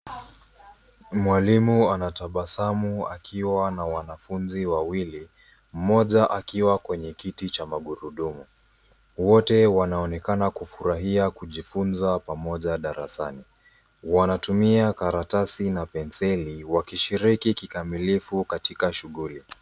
Mwalimu anatabasamu akiwa na wanafunzi wawili moja akiwa kwenye kiti cha magurudumu. Wote wanaonekana kufurahia kujifunza pamoja darasani. Wanatumia karatasi na penseli, wakishiriki kikamilifu katika shughuli.